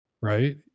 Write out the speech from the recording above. right